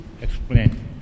explain